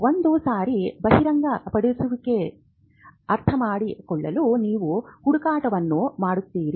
ಒಂದು ಸಾರಿ ಬಹಿರಂಗಪಡಿಸಿರುತ್ತಿರಿ ಅರ್ಥಮಾಡಿಕೊಳ್ಳಲು ನೀವು ಹುಡುಕಾಟವನ್ನು ಮಾಡುತ್ತೀರಿ